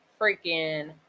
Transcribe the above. freaking